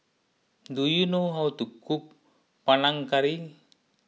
do you know how to cook Panang Curry